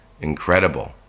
incredible